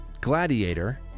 gladiator